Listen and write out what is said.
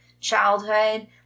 childhood